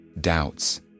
doubts